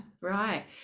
right